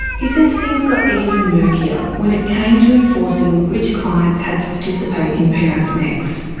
he says things got even murkier when it came to enforcing which clients had to participate in parents next.